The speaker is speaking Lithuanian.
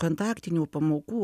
kontaktinių pamokų